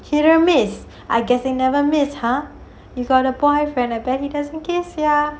hit or miss I guess we gonna miss !huh! you got a boyfriend I bet he doesn't kiss sia